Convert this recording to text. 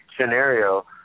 scenario